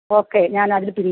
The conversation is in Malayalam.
ഓക്കെ ഞാൻ അതിൽ